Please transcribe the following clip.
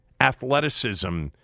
athleticism